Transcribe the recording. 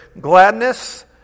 gladness